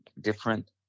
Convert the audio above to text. different